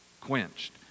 quenched